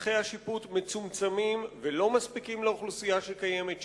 שטחי השיפוט מצומצמים ולא מספיקים לאוכלוסייה שקיימת שם.